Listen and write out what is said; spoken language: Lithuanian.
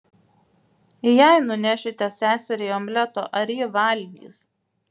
jei nunešite seseriai omleto ar ji valgys